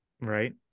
right